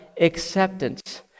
acceptance